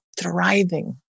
thriving